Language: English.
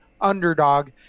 underdog